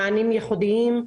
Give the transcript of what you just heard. מענים ייחודים,